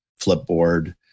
Flipboard